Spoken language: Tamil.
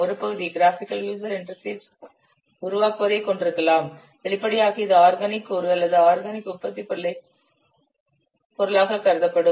ஒரு பகுதி கிராஃபிகல் யுசர் இன்டர்பேஸ் உருவாக்குவதை கொண்டிருக்கலாம் வெளிப்படையாக இது ஆர்கானிக் கூறு அல்லது ஆர்கானிக் உற்பத்திப் பொருளாக கருதப்படும்